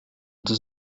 does